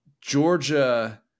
Georgia